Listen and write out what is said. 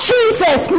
Jesus